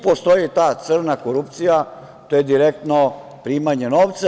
Postoji i ta crna korupcija, to je direktno primanje novca.